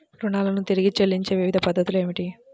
రుణాలను తిరిగి చెల్లించే వివిధ పద్ధతులు ఏమిటి?